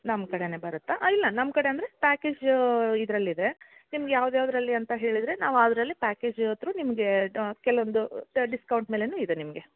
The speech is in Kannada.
ನಮ್ಮ ಕಡೇನ ಬರುತ್ತಾ ಇಲ್ಲ ನಮ್ಮ ಕಡೆ ಅಂದರೆ ಪ್ಯಾಕೇಜ ಇದರಲ್ಲಿದೆ ನಿಮಗೆ ಯಾವ್ದು ಯಾವುದ್ರಲ್ಲಿ ಅಂತ ಹೇಳಿದರೆ ನಾವು ಅದರಲ್ಲಿ ಪ್ಯಾಕೇಜ್ ತ್ರೂ ನಿಮಗೆ ಕೆಲವೊಂದು ಡಿಸ್ಕೌಂಟ್ ಮೇಲೆಯೂ ಇದೆ ನಿಮಗೆ